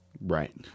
Right